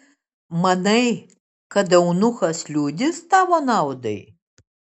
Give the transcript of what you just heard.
manai kad eunuchas liudys tavo naudai